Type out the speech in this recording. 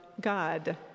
God